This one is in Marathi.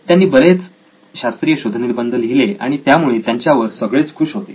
त्यांनी बरेच शास्त्रीय शोध निबंध लिहिले आणि त्यामुळे त्यांच्यावर सगळेच खुश होते